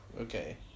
Okay